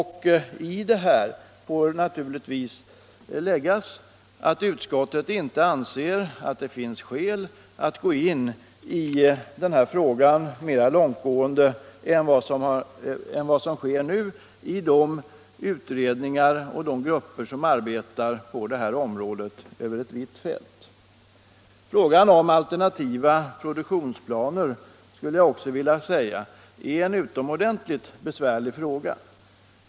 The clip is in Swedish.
Utskottet anser att det inte finns skäl att gå in i den här frågan på ett mer långtgående sätt än vad som nu sker i de utredningar och grupper som arbetar på detta område över ett vitt fält. Frågan om alternativa produktionsplaner är utomordentligt besvärlig.